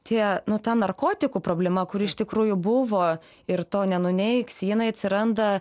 tie nu ta narkotikų problema kuri iš tikrųjų buvo ir to nenuneigsi jinai atsiranda